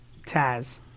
Taz